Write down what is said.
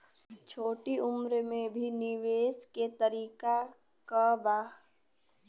छोटी उम्र में भी निवेश के तरीका क बा?